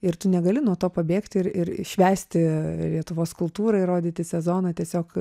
ir tu negali nuo to pabėgti ir ir švęsti lietuvos kultūrą ir rodyti sezoną tiesiog